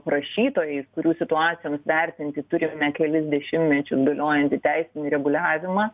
prašytojais kurių situacijoms vertinti turime kelis dešimtmečius galiojantį teisinį reguliavimą